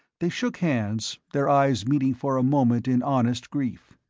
they shook hands, their eyes meeting for a moment in honest grief.